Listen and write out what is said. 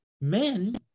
men